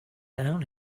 down